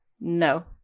No